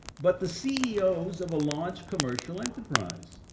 but the ceo's of a large commercial enterprise.